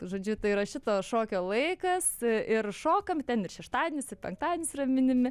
žodžiu tai yra šito šokio laikas ir šokam ten ir šeštadienis ir penktadienis yra minimi